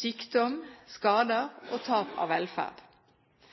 sykdom, skader og tap av velferd.